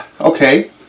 okay